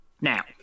Now